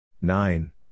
nine